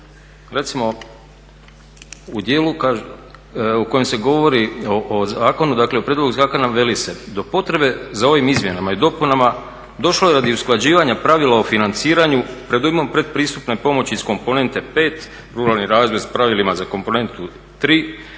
Recimo u dijelu u kojem se govori o zakonu, dakle o prijedlogu zakona veli se: do potrebe za ovim izmjenama i dopunama došlo je radi usklađivanja pravila o financiranju predujmom pretpristupne pomoći iz komponente 5-Ruralni razvoj … pravilima, za komponentu